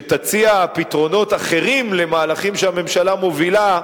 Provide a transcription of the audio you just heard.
שתציע פתרונות אחרים למהלכים שהממשלה מובילה.